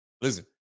listen